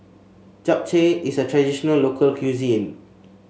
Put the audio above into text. Japchae is a traditional local cuisine